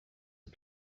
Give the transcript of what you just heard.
are